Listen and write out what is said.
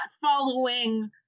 following